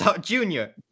junior